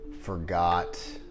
forgot